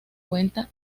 cuenta